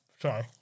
sorry